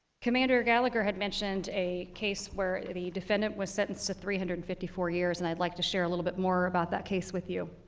commander gal goer had mentioned a case where the defendant was sentenced to three hundred and fifty four years, and i'd like to share a little bit more about that case with you.